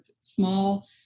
small